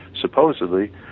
supposedly